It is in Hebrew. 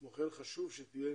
כמו כן חשוב שתהיה